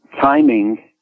timing